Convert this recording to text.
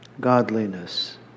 godliness